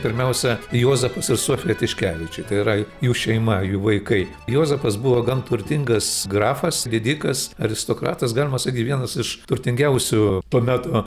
pirmiausia juozapas ir sofija tiškevičiai tai yra jų šeima jų vaikai juozapas buvo gan turtingas grafas didikas aristokratas galima sakyt vienas iš turtingiausių to meto